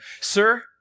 sir